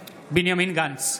(קורא בשמות חברי הכנסת) בנימין גנץ,